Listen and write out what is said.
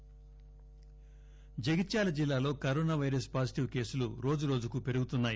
జగిత్యాల జగిత్యాల జిల్లాలో corona virus positive కేసులు రోజు రోజుకు పెరుగుతున్నాయి